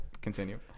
Continue